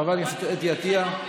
חברת הכנסת אתי עטייה,